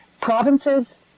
provinces